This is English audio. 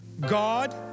God